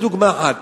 זאת דוגמה אחת.